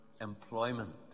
employment